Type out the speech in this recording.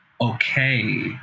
okay